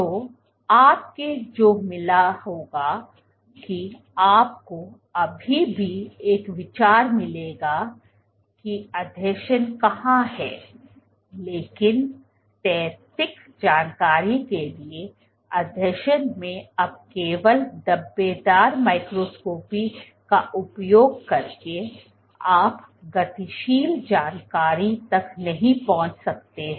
तो आपको जो मिला होगाकिआपको अभी भी एक विचार मिलेगा कि आसंजन कहाँ हैं लेकिन स्थैतिक जानकारी के लिए आसंजन में अब केवल धब्बेदार माइक्रोस्कोपी का उपयोग करके आप गतिशील जानकारी तक नहीं पहुंच सकते हैं